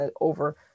over